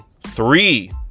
three